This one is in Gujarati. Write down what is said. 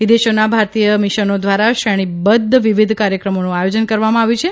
વિદેશોમાં ભારતીય મિશનો દ્વારા શ્રેણીબદ્ધ વિવિધ કાર્યક્રમોનું આયોજન કરવામાં આવ્યું છે